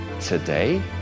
today